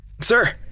Sir